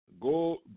go